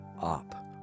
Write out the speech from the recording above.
up